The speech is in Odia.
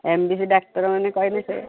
ଏମ୍ ବି ସି ସେ ଡାକ୍ତରମାନେ କହିଲେ ସେ